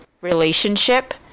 relationship